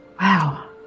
Wow